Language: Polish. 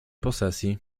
posesji